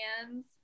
hands